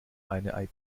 eine